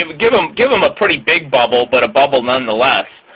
and give them give them a pretty big bubble but a bubble nonetheless,